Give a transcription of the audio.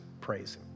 praise